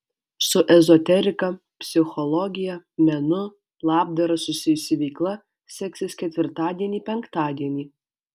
su ezoterika psichologija menu labdara susijusi veikla seksis ketvirtadienį penktadienį